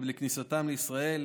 כניסתם לישראל,